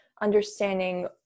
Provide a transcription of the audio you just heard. understanding